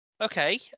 Okay